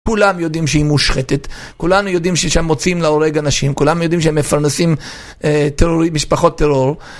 כולם יודעים שהיא מושחתת, כולנו יודעים ששם מוצאים להורג אנשים, כולם יודעים שהם מפרנסים משפחות טרור,